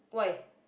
why